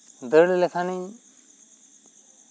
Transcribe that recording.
ᱫᱟᱹᱲ ᱞᱮᱠᱷᱟᱱᱤᱧ